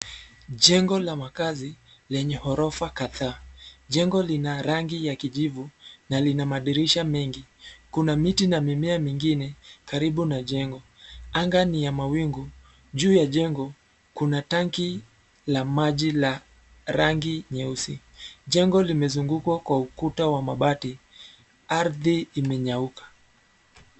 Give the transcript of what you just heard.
Jengo la makazi lenye ghorofa kadhaa. Jengo lina rangi ya kijivu na lina madirisha mengi, kuna miti na mimea mingine karibu na jengo, anga ni ya mawingu, juu ya jengo kuna tanki la maji la rangi nyeusi. Jengo limezungukwa kwa ukuta wa mabati. Ardhi imenyauka.